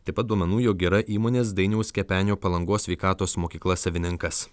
taip pat duomenų jog yra įmonės dainiaus kepenio palangos sveikatos mokykla savininkas